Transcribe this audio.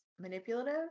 manipulative